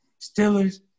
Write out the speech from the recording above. Steelers